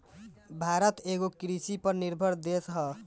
भारत एगो कृषि पर निर्भर देश ह